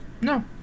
No